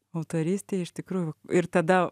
autorystėj iš tikrųjų ir tada